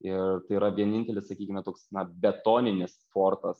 ir tai yra vienintelis sakykime toks na betoninis fortas